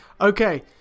Okay